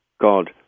God